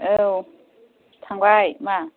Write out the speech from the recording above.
औ थांबाय मा